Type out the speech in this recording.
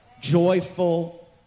joyful